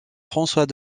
françois